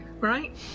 right